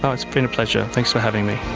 ah it's been a pleasure, thanks for having me.